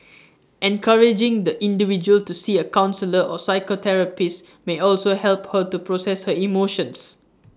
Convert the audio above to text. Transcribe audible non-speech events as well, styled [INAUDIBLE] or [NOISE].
[NOISE] encouraging the individual to see A counsellor or psychotherapist may also help her to process her emotions